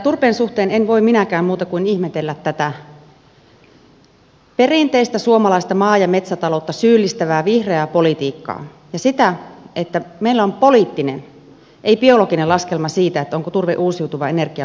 turpeen suhteen en voi minäkään muuta kuin ihmetellä tätä perinteistä suomalaista maa ja metsätaloutta syyllistävää vihreää politiikkaa ja sitä että meillä on poliittinen ei biologinen laskelma siitä onko turve uusiutuva energiamuoto vai ei